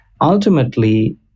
Ultimately